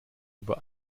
über